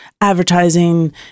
advertising